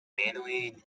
manly